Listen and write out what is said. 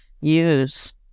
use